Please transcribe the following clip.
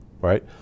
right